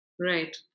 Right